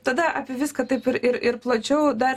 tada apie viską taip ir ir plačiau dar